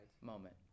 moment